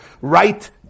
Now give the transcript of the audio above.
right